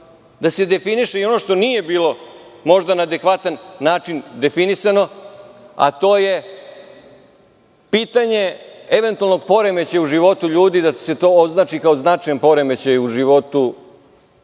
da se definiše i ono što nije bilo možda na adekvatan način definisano, a to je pitanje eventualnog poremećaja u životu ljudi da se to označi kao značajan poremećaj u životu